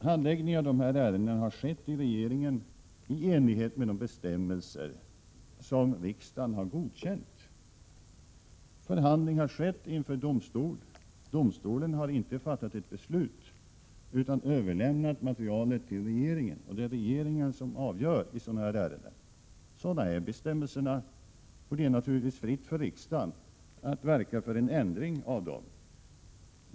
Handläggningen av dessa ärenden har gjorts av regeringen i enlighet med de bestämmelser som riksdagen har godkänt. Förhandling har skett inför domstol, och domstolen har inte fattat beslut utan överlämnat materialet till regeringen. Det är regeringen som har avgörandet i ärenden av det här slaget. Sådana är bestämmelserna, och det är naturligtvis fritt för riksdagen att verka för en ändring av dem.